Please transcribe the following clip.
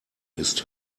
ist